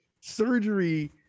Surgery